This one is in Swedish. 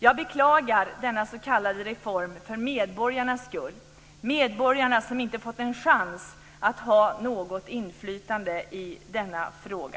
Jag beklagar denna s.k. reform för medborgarnas skull. Medborgarna har inte fått en chans att ha något inflytande i denna fråga.